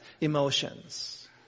emotions